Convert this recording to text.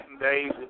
days